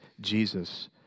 Jesus